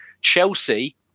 Chelsea